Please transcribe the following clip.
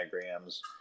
diagrams